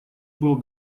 был